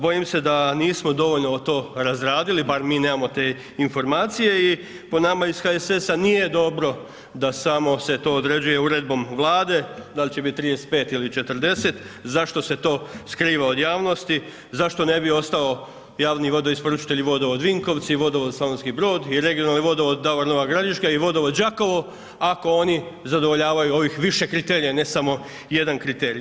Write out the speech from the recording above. Bojim se da nismo dovoljno to razradili, bar mi nemamo te informacije i po nama iz HSS-a nije dobro da samo se to određuje Uredbom Vlade dal' će bit 35 ili 40, zašto se to skriva od javnosti, zašto ne bi ostao javni vodoisporučitelj i Vodovod Vinkovci, i Vodovod Slavonski Brod i Regionalni vodovod Davor-Nova Gradiška, i Vodovod Đakovo, ako oni zadovoljavaju ovih više kriterija, ne samo jedan kriterij.